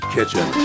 Kitchen